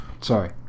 Sorry